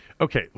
Okay